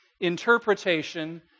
interpretation